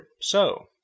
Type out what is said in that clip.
So